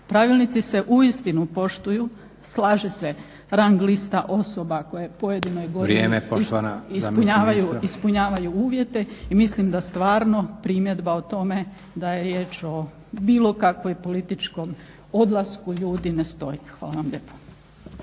Pravilnici se uistinu poštuju, slaže se rang lista osoba koje pojedinoj … …/Upadica Leko: Vrijeme poštovana zamjenice ministra./… … ispunjavaju uvjete i mislim da stvarno primjedba o tome da je riječ o bilo kakvom političkom odlasku ljudi ne stoji. Hvala vam lijepa.